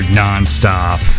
non-stop